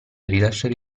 rilasciare